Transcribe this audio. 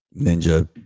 Ninja